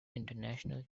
international